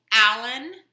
Alan